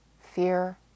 fear